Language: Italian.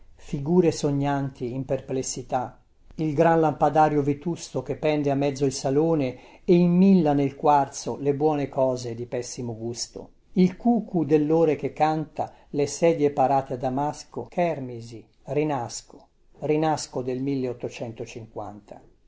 figure sognanti in perplessità il gran lampadario vetusto che pende a mezzo il salone e immilla nel quarzo le buone cose di pessimo gusto il cùcu dellore che canta le sedie parate a damasco chèrmisi rinasco rinasco del